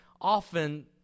often